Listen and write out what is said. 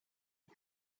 but